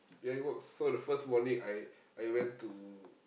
yeah it works so the first morning I I went to